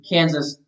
Kansas